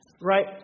right